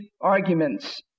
arguments